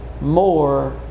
more